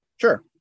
Sure